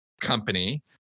company